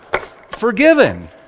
forgiven